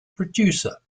producer